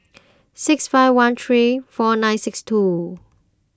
six five one three four nine six two